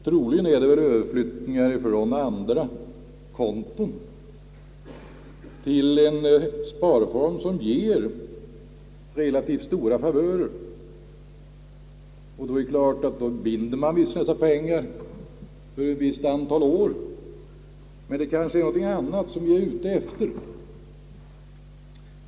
Troligen är det väl överflyttningar från andra konton till en sparform som ger relativt stora favörer, och då är det klart att man binder pengarna för ett visst antal år. Men det är kanske någonting annat som vi är ute efter.